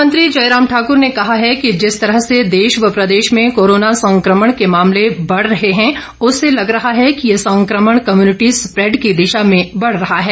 मुख्यमंत्री जयराम ठाकर ने कहा है कि जिस तरह से देश व प्रदेश में कोरोना संक्रमण के मामले बढ़ रहे हैं उससे लग रहा है कि यह संक्रमण कम्यूनिटी स्प्रैड की दिशा में बढ़ रहा है